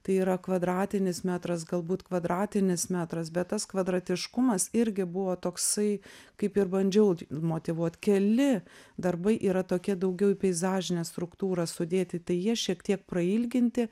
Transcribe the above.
tai yra kvadratinis metras galbūt kvadratinis metras bet tas kvadratiškumas irgi buvo toksai kaip ir bandžiau motyvuot keli darbai yra tokie daugiau į peizažinę struktūrą sudėti tai jie šiek tiek prailginti